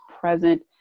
present